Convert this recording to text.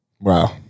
Wow